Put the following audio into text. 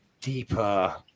deeper